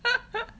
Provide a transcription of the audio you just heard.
!huh!